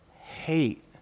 hate